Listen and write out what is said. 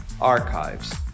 archives